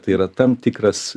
tai yra tam tikras